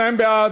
42 בעד,